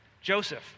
Joseph